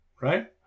right